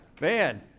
man